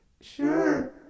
Sure